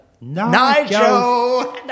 Nigel